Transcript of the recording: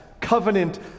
covenant